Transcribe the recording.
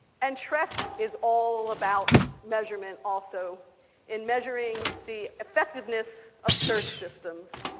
and trec is all about measurement also in measureing the effectiveness of search systems.